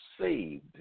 saved